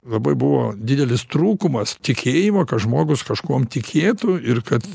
labai buvo didelis trūkumas tikėjimo kad žmogus kažkuom tikėtų ir kad